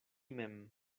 mem